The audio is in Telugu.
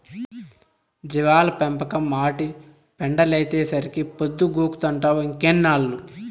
జీవాల పెంపకం, ఆటి పెండలైతేసరికే పొద్దుగూకతంటావ్ ఇంకెన్నేళ్ళు